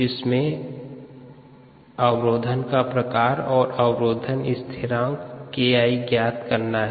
इसमें अवरोधन का प्रकार और अवरोधक स्थिरांक KI ज्ञात करना है